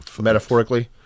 Metaphorically